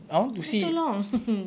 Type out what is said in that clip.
why so long